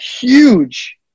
huge